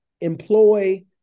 employ